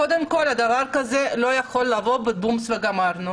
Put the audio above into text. קודם כול, דבר כזה לא יכול לבוא בבום וגמרנו.